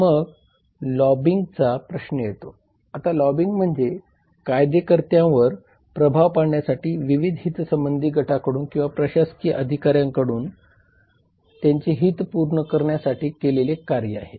मग लॉबिंगचा प्रश्न येतो आता लॉबिंग म्हणजे कायदेकर्त्यावर प्रभाव पाडण्यासाठी विविध हितसंबंधी गटांकडून किंवा प्रशासकीय अधिकाऱ्यांकडून त्यांचे हित पूर्ण करण्यासाठी केलेले कार्य आहे